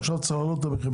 עכשיו צריך להעלות את המחיר.